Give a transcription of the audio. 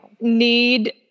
need